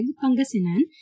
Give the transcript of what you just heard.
Pangasinan